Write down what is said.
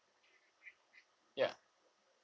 ya